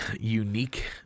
unique